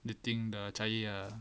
the thing dah cair ah